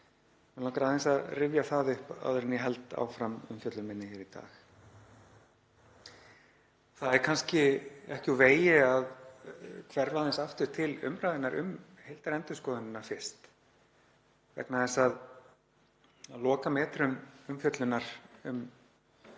Mig langar aðeins að rifja það upp áður en ég held áfram umfjöllun minni hér í dag. Það er kannski ekki úr vegi að hverfa aðeins aftur til umræðunnar um heildarendurskoðunina fyrst vegna þess að á lokametrum umfjöllunar um